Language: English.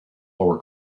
lower